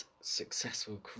successful